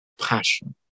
passion